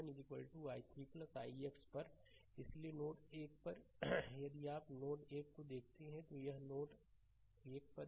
slide समय देखें 2245 इसलिए नोड 1 पर यदि आप नोड 1 को देखते हैं तो यह नोड 1 पर है